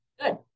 good